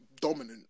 dominant